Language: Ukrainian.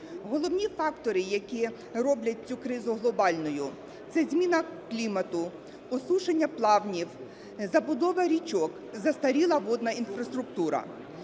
Головні фактори, які роблять цю кризу глобальною: це зміна клімату, осушення плавнів, забудова річок, застаріла водна інфраструктура.